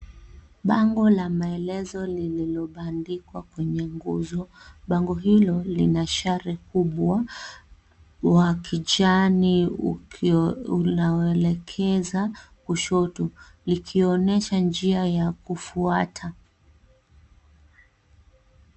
Bango la maelezo lililobandikwa kwenye nguzo. Bango hilo lina mshale kubwa wa kijani, unaoelekeza kushoto, likionyesha njia ya kufuata.